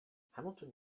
hamilton